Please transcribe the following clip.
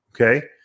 okay